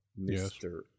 Mr